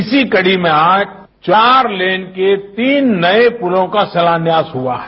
इसी कड़ी में आज चार लेन के तीन नये पुलों का शिलान्यास हुआ है